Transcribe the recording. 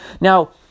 Now